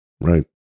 right